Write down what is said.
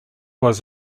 was